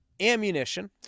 ammunition